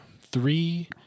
three